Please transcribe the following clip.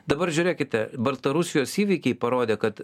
dabar žiūrėkite baltarusijos įvykiai parodė kad